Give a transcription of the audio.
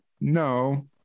no